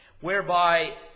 whereby